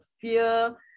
fear